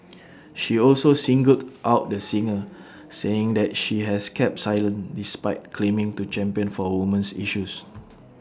she also singled out the singer saying that she has kept silent despite claiming to champion for woman's issues